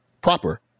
proper